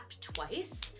twice